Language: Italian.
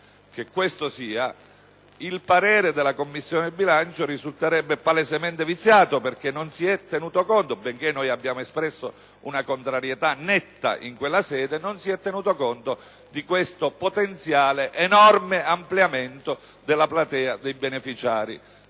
il parere della Commissione bilancio risulterebbe palesemente viziato, giacché non si è tenuto conto, benché abbiamo espresso una contrarietà netta in quella sede, del potenziale enorme ampliamento della platea dei beneficiari.